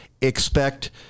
expect